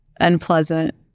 unpleasant